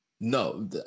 No